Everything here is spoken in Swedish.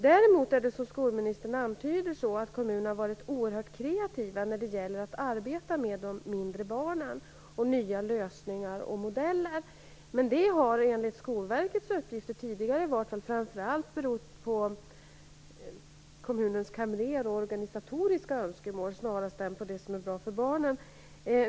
Däremot är det så, som skolministern antyder, att kommunerna har varit oerhört kreativa när det gällt att arbeta med de mindre barnen och att skapa nya lösningar och modeller. Men det har enligt Skolverkets uppgifter framför allt berott på kommunens kamrer och organisatoriska önskemål snarare än på det som är bra för barnen.